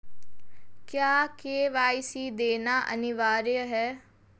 क्या के.वाई.सी देना अनिवार्य है?